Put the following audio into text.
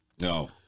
no